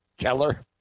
Keller